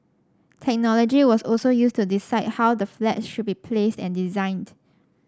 technology was also used to decide how the flats should be placed and designed